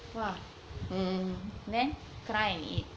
!wah! then cry and eat